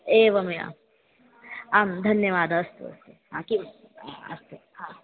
एवं आं धन्यवादः अस्तु अस्तु हा किम् अस्तु हा